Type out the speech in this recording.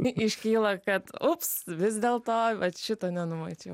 iškyla kad ups vis dėlto vat šito nenumačiau